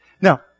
Now